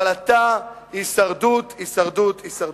אבל אתה, הישרדות, הישרדות, הישרדות.